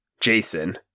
Jason